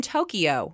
Tokyo